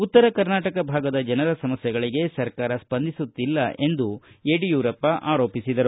ಉತ್ತರ ಕರ್ನಾಟಕ ಭಾಗದ ಜನರ ಸಮಸ್ಥೆಗಳಿಗೆ ಸರ್ಕಾರ ಸ್ವಂದಿಸುತ್ತಿಲ್ಲ ಎಂದು ಯಡಿಯೂರಪ್ಪ ಆರೋಪಿಸಿದರು